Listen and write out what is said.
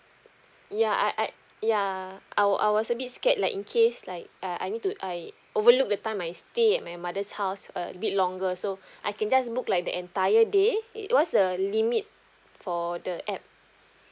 ya I I ya I wa~ I was a bit scared like in case like I I need to I overlook the time I stay at my mother's house a bit longer so I can just book like the entire day i~ what's the limit for the app